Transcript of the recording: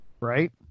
right